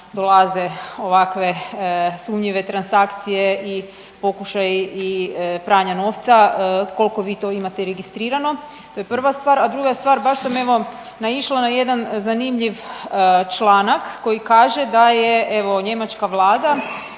dolaze ovakve sumnjive transakcije i pokušaji i pranja novca koliko vi to imate registrirano to je prva stvar. A druga stvar, baš sam evo naišla na jedan zanimljiv članak koji kaže da je evo njemačka Vlada